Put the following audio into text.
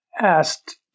asked